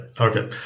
okay